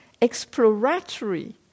exploratory